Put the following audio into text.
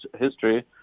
history